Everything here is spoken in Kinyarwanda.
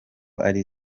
ari